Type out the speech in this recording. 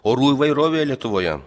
orų įvairovė lietuvoje